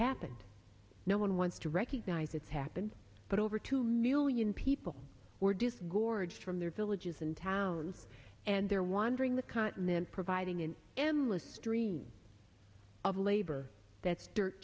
happened no one wants to recognize it's happened but over two million people were disgorged from their villages and towns and they're wandering the continent providing an endless stream of labor that's dirt